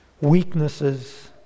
weaknesses